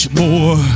more